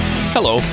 Hello